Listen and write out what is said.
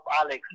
Alex